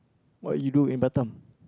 what you do in Batam